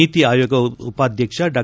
ನೀತಿ ಆಯೋಗ ಉಪಾಧ್ಯಕ್ಷ ಡಾ